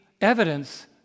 Evidence